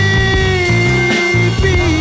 Baby